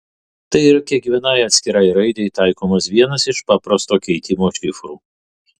tai yra kiekvienai atskirai raidei taikomas vienas iš paprasto keitimo šifrų